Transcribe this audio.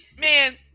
Man